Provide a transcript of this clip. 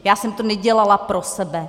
Já jsem to nedělala pro sebe.